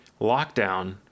lockdown